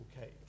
okay